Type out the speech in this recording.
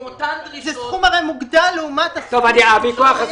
עם אותן דרישות --- הרי זה סכום מוגדל